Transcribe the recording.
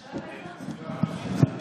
מכובדי היושב-ראש,